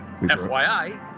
FYI